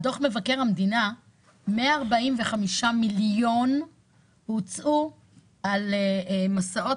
בדוח מבקר המדינה 145 מיליון הוצאו על מסעות